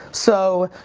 so,